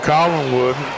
Collinwood